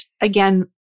Again